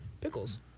Pickles